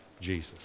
Jesus